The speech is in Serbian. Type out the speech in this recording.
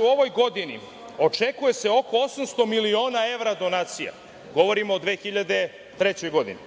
„U ovoj godini očekuje se oko 800 miliona evra donacija“ – govorimo o 2003. godini,